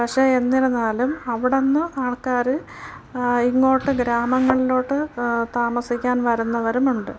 പക്ഷെ എന്നിരുന്നാലും അവിടെ നിന്ന് ആൾക്കാർ ഇങ്ങോട്ട് ഗ്രാമങ്ങളിലോട്ട് താമസിക്കാൻ വരുന്നവരും ഉണ്ട്